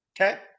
Okay